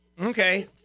Okay